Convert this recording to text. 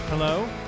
Hello